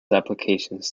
applications